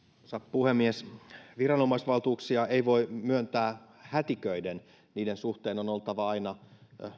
puhemies viranomaisvaltuuksia ei voi myöntää hätiköiden niiden suhteen on oltava aina